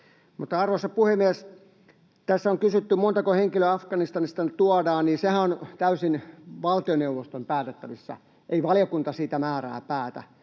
arvoisa puhemies, kun tässä on kysytty, montako henkilöä Afganistanista tänne tuodaan, niin sehän on täysin valtioneuvoston päätettävissä. Ei valiokunta sitä määrää päätä.